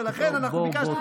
ולכן אנחנו ביקשנו,